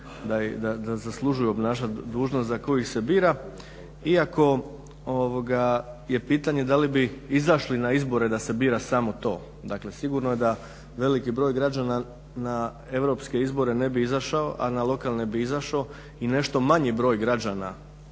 da zaslužuju obnašati dužnost za koju ih se bira. Iako je pitanje da li bi izašli na izbore da se bira samo to. Dakle, sigurno je da veliki broj građana na europske izbore ne bi izašao, a na lokalne bi izašao i nešto manji broj građana